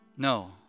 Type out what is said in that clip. No